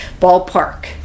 ballpark